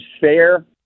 fair